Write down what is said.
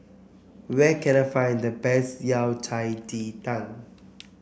where can I find the best Yao Cai Ji Tang